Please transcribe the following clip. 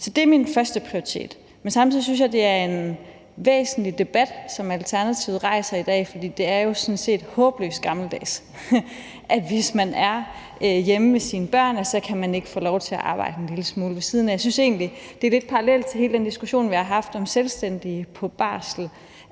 det er min førsteprioritet. Men samtidig synes jeg, det er en væsentlig debat, som Alternativet rejser i dag, for det er jo sådan set håbløst gammeldags, at hvis man er hjemme ved sine børn, kan man ikke få lov til at arbejde en lille smule ved siden af. Jeg synes egentlig, det er lidt parallelt til hele den diskussion, vi har haft, om selvstændige på barsel.